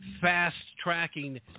Fast-tracking